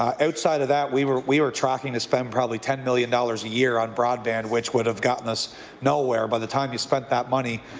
um outside of that, we were we were tracking to spend probably ten million a year on broadband which would have gotten us nowhere. by the time you spent that money,